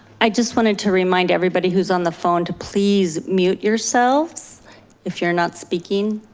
i just wanted to remind everybody who's on the phone to please mute yourselves if you're not speaking.